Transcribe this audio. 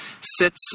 sits